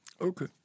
Okay